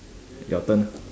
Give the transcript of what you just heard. your turn